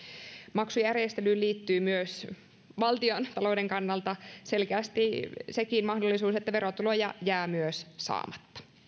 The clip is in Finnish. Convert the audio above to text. maksujärjestelyyn liittyy valtiontalouden kannalta selkeästi sekin mahdollisuus että verotuloja jää myös saamatta